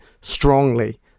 strongly